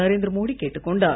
நரேந்திர மோடி கேட்டுக் கொண்டார்